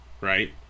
right